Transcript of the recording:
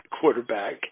quarterback